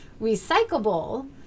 recyclable